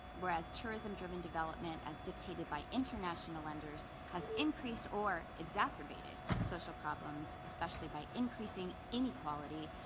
whereas tourism-driven development as dictated by international lenders has increased or exacerbated social problems, especially by increasing inequality,